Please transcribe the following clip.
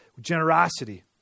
generosity